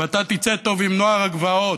ואתה תצא טוב עם נוער הגבעות.